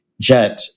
Jet